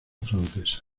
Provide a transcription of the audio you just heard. francesa